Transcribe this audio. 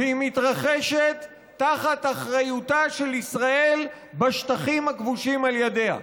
והיא מתרחשת תחת אחריותה של ישראל בשטחים הכבושים על ידיה.